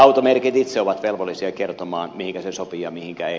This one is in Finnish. automerkit itse ovat velvollisia kertomaan mihinkä se sopii ja mihinkä ei